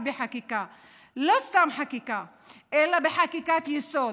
לא סתם חקיקה אלא בחקיקת-יסוד.